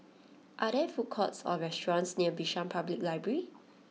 are there food courts or restaurants near Bishan Public Library